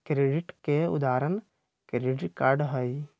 credit के उदाहरण credit card हई